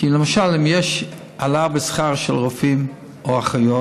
כי אם למשל יש העלאה בשכר של רופאים או אחיות,